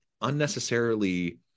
unnecessarily